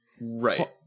right